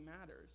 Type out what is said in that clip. matters